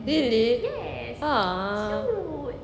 really ah